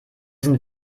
sind